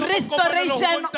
Restoration